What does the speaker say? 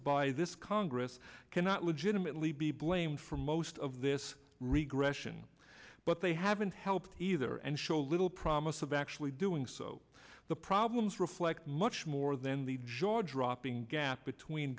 by this congress cannot legitimately be blamed for most of this regress sion but they haven't helped either and show little promise of actually doing so the problems reflect much more than the jaw dropping gap between